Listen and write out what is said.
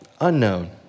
unknown